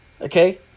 Okay